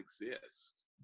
exist